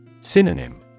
Synonym